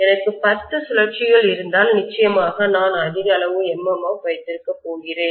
எனக்கு 10 சுழற்சிகள் இருந்தால் நிச்சயமாக நான் அதிக அளவு MMF வைத்திருக்கப் போகிறேன்